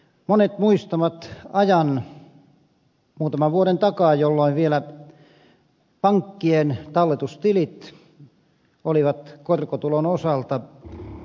monet muistavat ajan muutaman vuoden takaa jolloin vielä pankkien talletustilit olivat korkotulon osalta verovapaat